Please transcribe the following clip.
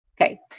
Okay